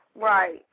Right